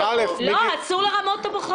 אסור לרמות את הבוחרים.